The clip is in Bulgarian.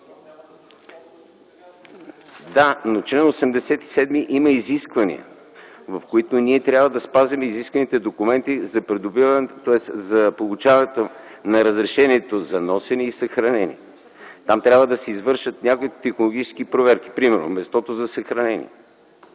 Да, но чл. 87 има изисквания, които ние трябва да спазим. Трябва да спазим изискванията за разрешението за носене и съхранение. Там трябва да се извършат някои технологически проверки – примерно мястото за съхранение.